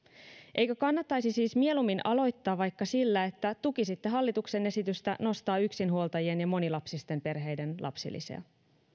eikö kannattaisi siis mieluummin aloittaa vaikka sillä että tukisitte hallituksen esitystä nostaa yksinhuoltajien ja monilapsisten perheiden lapsilisiä